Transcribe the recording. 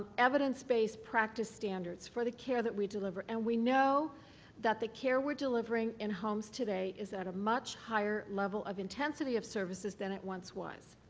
evidence-based practice standards for the care that we deliver and we know that the care we're delivering in homes today is at a much higher level of intensity of services than it once was.